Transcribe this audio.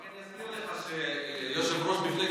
אדוני היושב-ראש,